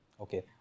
Okay